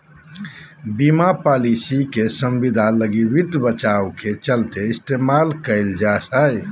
बीमा पालिसी के संविदा लगी वित्त बचाव के चलते इस्तेमाल कईल जा हइ